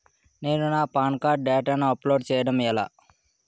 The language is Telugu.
నేను నా పాన్ కార్డ్ డేటాను అప్లోడ్ చేయడం ఎలా?